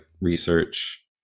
research